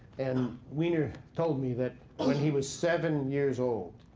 and wiener told me that, when he was seven years old,